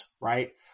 right